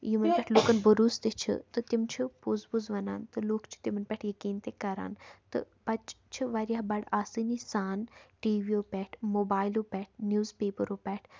یِمَن پٮ۪ٹھ لُکَن بروسہٕ تہِ چھِ تہٕ تِم چھِ پوٚز پوٚز وَنان تہٕ لُکھ چھِ تِمَن پٮ۪ٹھ یقیٖن تہِ کَران تہٕ بَچہِ چھِ وارِیاہ بَڑٕ آسٲنی سان ٹی ویو پٮ۪ٹھ موبایلو پٮ۪ٹھ نِوٕز پیپَرو پٮ۪ٹھ